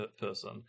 person